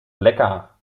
lecker